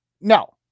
No